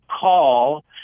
call